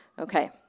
okay